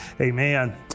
Amen